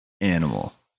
animal